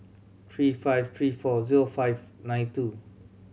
three five three four zero five nine two